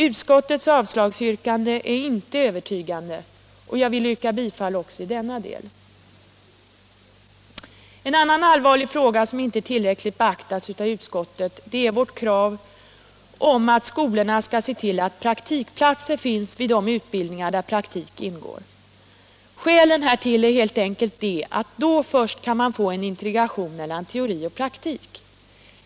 Utskottets avslagsyrkande är inte övertygande, och jag yrkar bifall också i denna del till motionen. En annan allvarlig fråga som inte tillräckligt beaktats av utskottet är vårt krav på att skolorna skall se till, att praktikplatser finns vid de utbildningar där praktik ingår. Skälen härtill är helt enkelt att då först kan man få en integration mellan teori och praktik.